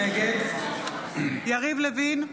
נגד יריב לוין,